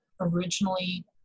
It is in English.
originally